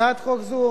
הצעת חוק זו